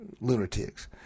lunatics